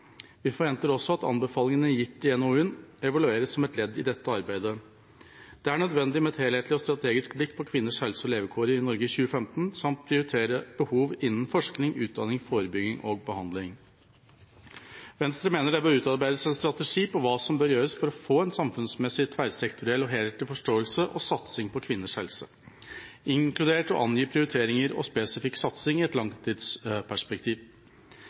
Vi forventer også at anbefalingene gitt i NOU-en evalueres som et ledd i dette arbeidet. Det er nødvendig med et helhetlig og strategisk blikk på kvinners helse og levekår i Norge i 2015 samt å prioritere behov innen forskning, utdanning, forebygging og behandling. Venstre mener det bør utarbeides en strategi for hva som bør gjøres for å få en samfunnsmessig tverrsektoriell og helhetlig forståelse og satsing på kvinners helse, inkludert å angi prioriteringer og spesifikk satsing i et langtidsperspektiv.